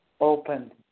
Open